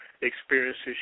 experiences